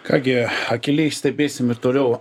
ką gi akyliau stebėsim ir toliau